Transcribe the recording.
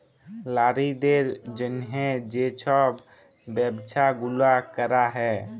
লারিদের জ্যনহে যে ছব ব্যবছা গুলা ক্যরা হ্যয়